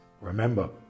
Remember